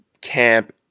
camp